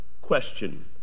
question